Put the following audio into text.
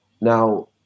Now